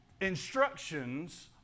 instructions